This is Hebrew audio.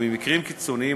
ובמקרים קיצוניים,